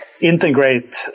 integrate